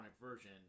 version